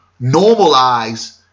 normalize